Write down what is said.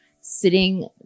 sitting